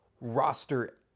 roster